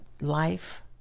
life